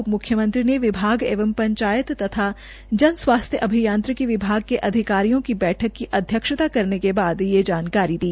उपमुख्यमंत्री ने विकास एवं पंचायत तथा जनस्वास्थ्य अभियांत्रिकी विभाग के अधिकारियों की बैठक की अध्यक्षता करने के बाद ये जानकारी दी